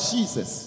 Jesus